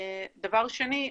דבר שני,